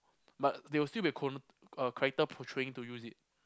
but they will still be a character portraying to use it